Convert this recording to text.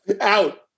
Out